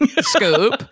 scoop